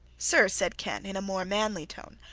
sir, said ken, in a more manly tone,